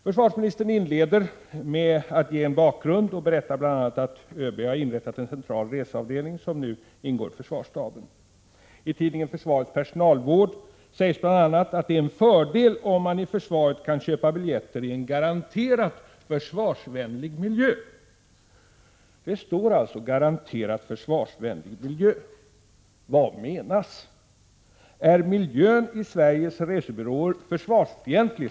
Försvarsministern inleder sitt svar med att ge en bakgrund och bl.a. berätta att ÖB har inrättat en central reseavdelning, som nu ingår i försvarsstaben. I tidningen Försvarets personalvård sägs bl.a. att det är en fördel om man i försvaret kan köpa biljetter i en garanterat försvarsvänlig miljö. Det står alltså ”garanterat försvarsvänlig miljö”. Vad menas? Skall man uppfatta det så att miljön i Sveriges resebyråer är försvarsfientlig?